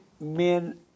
men